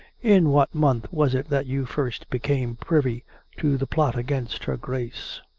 in what month was it that you first became privy to the plot against her grace.